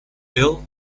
ill